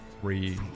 three